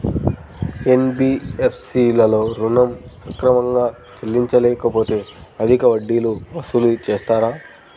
NBFC లలో ఋణం సక్రమంగా చెల్లించలేకపోతె అధిక వడ్డీలు వసూలు చేస్తారా?